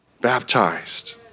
baptized